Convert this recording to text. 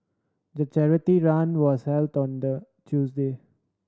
the charity run was held on the Tuesday